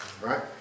right